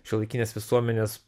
šiuolaikinės visuomenės